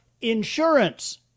insurance